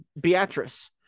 Beatrice